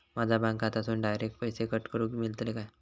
माझ्या बँक खात्यासून डायरेक्ट पैसे कट करूक मेलतले काय?